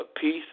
peace